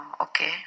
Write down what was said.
okay